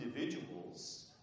individuals